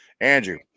Andrew